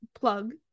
plug